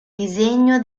disegno